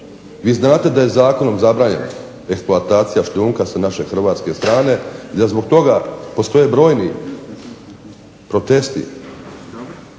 Vi znate da je zakonom zabranjena eksploatacija šljunka sa naše hrvatske strane, gdje zbog toga postoje brojni protesti